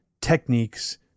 techniques